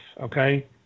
okay